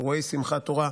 אירועי שמחת תורה,